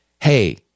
hey